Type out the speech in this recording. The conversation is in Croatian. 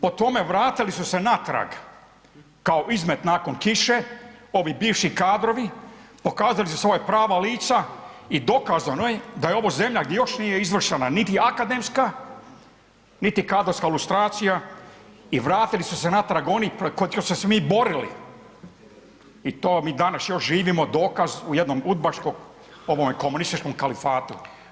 Po tome vratili su se natrag kao izmet nakon kiše ovi bivši kadrovi, pokazali su svoja prava lica i dokazano je da je ovo zemlja gdje još nije izvršena niti akademska, niti kadrovska lustracija i vratili su se natrag protiv kojih smo se mi borili i to mi još danas živimo dokaz u jednom udbaškom komunističkom kalifatu.